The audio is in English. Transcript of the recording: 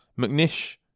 McNish